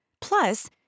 Plus